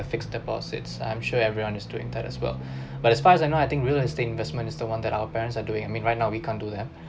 the fixed deposits I'm sure everyone is doing that as well but as far as I know I think real estate investment is the one that our parents are doing I mean right now we can't do that